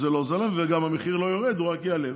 עוזר להם, וגם המחיר לא יורד, הוא רק יעלה.